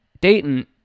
Dayton